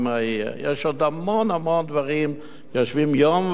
יש עוד המון דברים שיושבים יום ולילה,